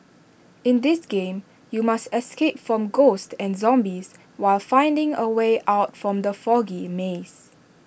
in this game you must escape from ghosts and zombies while finding A way out from the foggy maze